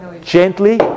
Gently